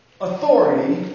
authority